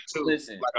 Listen